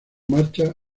marcha